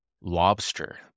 lobster